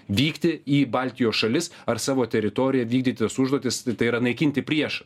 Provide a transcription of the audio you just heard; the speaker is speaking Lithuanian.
vykti į baltijos šalis ar savo teritoriją vykdyt tas užduotis tai yra naikinti priešą